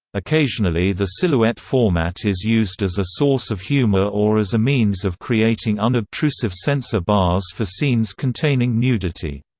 occasionally the silhouette format is used as a source of humor or as a means of creating unobtrusive censor bars for scenes containing nudity.